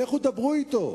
לכו דברו אתו.